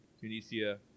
Tunisia